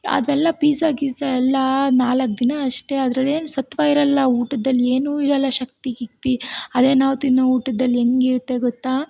ಅದೆಲ್ಲ ಪೀಝಾ ಗೀಝಾ ಎಲ್ಲ ನಾಲ್ಕು ದಿನ ಅಷ್ಟೇ ಅದ್ರಲ್ಲೇನು ಸತ್ವ ಇರೋಲ್ಲ ಊಟದಲ್ಲಿ ಏನೂ ಇರೋಲ್ಲ ಶಕ್ತಿ ಗಿಕ್ತಿ ಅದೇ ನಾವು ತಿನ್ನೋ ಊಟದಲ್ಲಿ ಹೇಗಿರುತ್ತೆ ಗೊತ್ತಾ